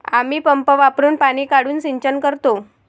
आम्ही पंप वापरुन पाणी काढून सिंचन करतो